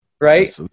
Right